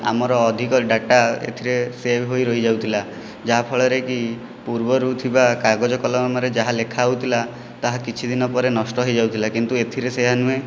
ଆମର ଅଧିକ ଡାଟା ଏଥିରେ ସେଭ୍ ହୋଇ ରହିଯାଉଥିଲା ଯାହାଫଳରେ କି ପୂର୍ବରୁ ଥିବା କାଗଜ କଲମରେ ଯାହା ଲେଖା ହେଉଥିଲା ତାହା କିଛି ଦିନ ପରେ ନଷ୍ଟ ହୋଇଯାଉଥିଲା କିନ୍ତୁ ଏଥିରେ ସେଇଆ ନୁହେଁ